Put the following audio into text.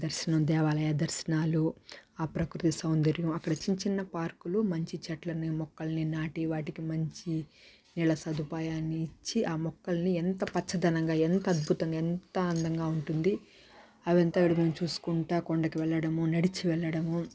ఆయన దర్శనం దేవాలయ దర్శనాలు ప్రకృతి సౌందర్యం అక్కడ చిన్న చిన్న పార్కులు మంచి చెట్లన్నీ మొక్కల్నీ నాటి వాటికి మంచి నీళ్ల సదుపాయాన్నిచ్చి మొక్కల్నీ ఎంత పచ్చదనంగా ఎంత అద్భుతంగా ఎంత అందంగా ఉంటుంది అదంతా అడవిని చూసుకుంటా కొండకు వెళ్ళడము నడిచి వెళ్ళడము